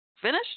finish